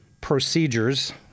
procedures